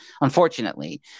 unfortunately